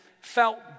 felt